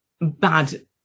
bad